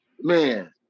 Man